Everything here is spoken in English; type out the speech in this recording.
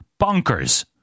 Bonkers